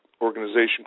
organization